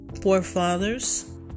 forefathers